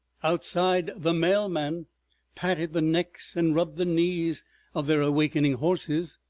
outside, the mail men patted the necks and rubbed the knees of their awakening horses.